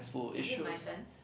is it my turn